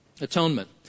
Atonement